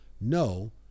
no